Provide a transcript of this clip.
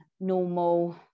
normal